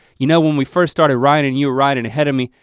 you know when we first starting riding, you were riding ahead of me,